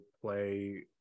play